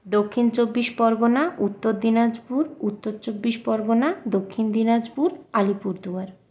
Dakshin Chabbish Pargana Uttar Dinajpur Uttar Chabbish Pargana Dakshin Dinajpur Alipurduar